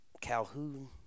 Calhoun